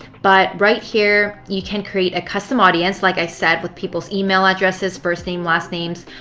but right here, you can create a custom audience, like i said, with people's email addresses, first name, last names.